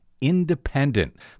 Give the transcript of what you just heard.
independent